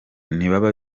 ntibaba